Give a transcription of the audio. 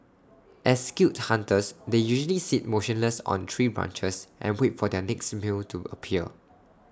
as skilled hunters they usually sit motionless on tree branches and wait for their next meal to appear